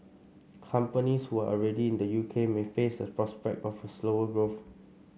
companies who are already in the U K may face the prospect of a slower growth